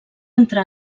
entrà